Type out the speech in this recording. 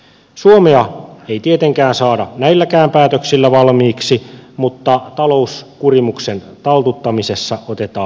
suomea ei tietenkään saada näilläkään päätöksillä valmiiksi mutta talouskurimuksen taltuttamisessa otetaan iso askel